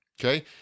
okay